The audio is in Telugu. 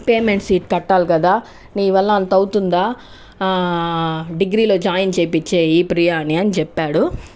పేమెంట్ సీట్ కట్టాలి కదా నీ వల్ల అంత అవుతుందా డిగ్రీలో జాయిన్ చేపించేయి ప్రియాని అని చెప్పాడు